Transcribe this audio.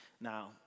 Now